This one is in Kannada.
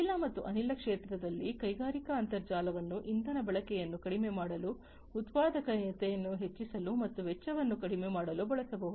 ತೈಲ ಮತ್ತು ಅನಿಲ ಕ್ಷೇತ್ರದಲ್ಲಿ ಕೈಗಾರಿಕಾ ಅಂತರ್ಜಾಲವನ್ನು ಇಂಧನ ಬಳಕೆಯನ್ನು ಕಡಿಮೆ ಮಾಡಲು ಉತ್ಪಾದಕತೆಯನ್ನು ಹೆಚ್ಚಿಸಲು ಮತ್ತು ವೆಚ್ಚವನ್ನು ಕಡಿಮೆ ಮಾಡಲು ಬಳಸಬಹುದು